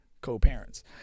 co-parents